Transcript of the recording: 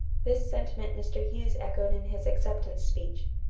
this sentiment mr. hughes echoed in his acceptance speech.